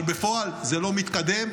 אבל בפועל זה לא מתקדם.